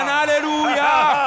hallelujah